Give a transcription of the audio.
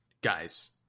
guys